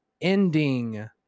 ending